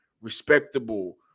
respectable